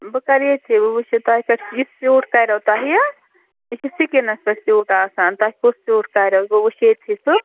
بہٕ کَر ییٚتھٕے بہٕ وُچھٕ تۄہہِ کتہِ چھُ یہِ سوٗٹ کَرٮ۪و تۄہہِ یہِ چھُ سِکِنَس پٮ۪ٹھ سیوٗٹ آسان تۄہہِ کُس سیوٗٹ کَریو بہٕ وُچھٕ ییٚتھٕے سُہ